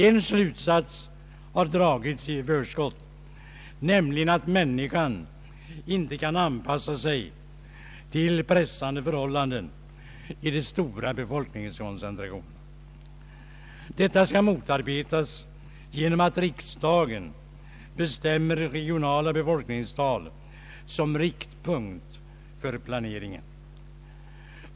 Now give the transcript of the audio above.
En slutsats har dragits i förskott, nämligen att människan inte kan anpassa sig till pressande förhållanden i stora befolkningskoncentrationer. Detta skall motarbetas genom att riksdagen bestämmer regionala befolkningstal som riktpunkt för planeringen.